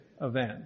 event